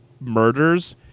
murders